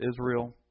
Israel